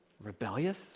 rebellious